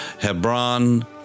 Hebron